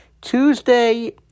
Tuesday